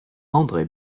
andré